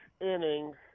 innings